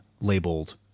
labeled